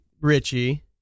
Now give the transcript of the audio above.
Richie